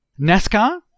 NASCAR